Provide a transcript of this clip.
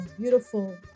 beautiful